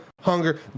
hunger